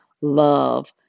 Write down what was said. love